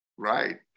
Right